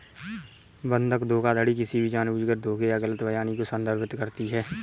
बंधक धोखाधड़ी किसी भी जानबूझकर धोखे या गलत बयानी को संदर्भित करती है